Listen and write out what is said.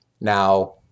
now